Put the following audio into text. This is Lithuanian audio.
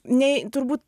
nei turbūt